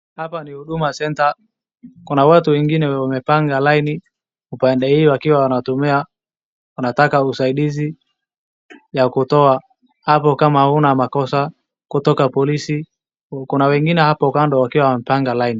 Hapa ni huduma center, kuna watu wengine wamepanga laini upande hio wakiwa wanatumia wanataka usaidizi hapo kama huna makosa kutoka polisi. Kuna wengine hapo kando wakiwa wamepanga laini.